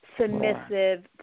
submissive